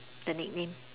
the nickname